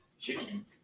Chicken